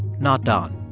not don.